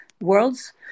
worlds